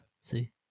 see